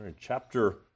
chapter